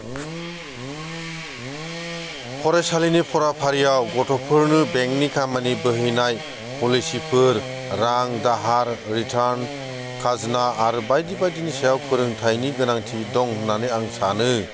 फरायसालिनि फराफारियाव गथ'फोरनो बेंकनि खामानिबो हैनाय पलिसिफोर रां दाहार रिटार्न खाजोना आरो बायदि बायदिनि सायाव फोरोंथाइनि गोनांथि दं होननानै आं सानो